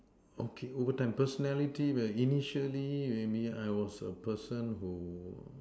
okay overtime personality well initially maybe I was a person who